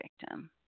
victim